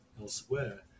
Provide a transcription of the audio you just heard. elsewhere